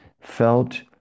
felt